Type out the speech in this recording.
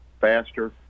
faster